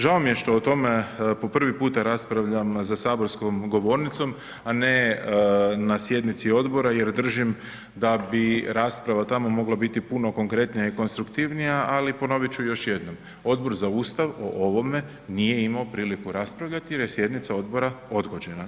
Žao mi je što o tome po prvi puta raspravljam za saborskom govornicom, a ne na sjednici odbora jer držim da bi rasprava tamo mogla biti puno konkretnija i konstruktivnija, ali ponovit ću još jednom Odbor za Ustav o ovome nije imao priliku raspravljati jer je sjednica odbora odgođena.